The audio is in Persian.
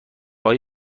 های